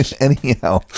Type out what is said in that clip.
anyhow